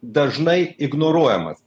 dažnai ignoruojamas